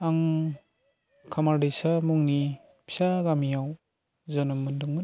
आं खामार दैसा मुंनि फिसा गामियाव जोनोम मोन्दोंमोन